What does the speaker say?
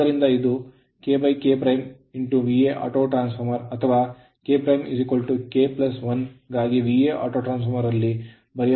ಆದ್ದರಿಂದ ಇದು KK auto ಅಥವಾ ನಾವು K K 1 ಗಾಗಿ auto ದಲ್ಲಿ ಬರೆಯಬಹುದು ಮತ್ತು ಕ್ರಾಸ್ ಗುಣಿಸಬಹುದು